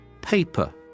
Paper